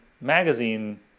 magazine